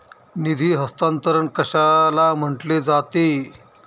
निधी हस्तांतरण कशाला म्हटले जाते?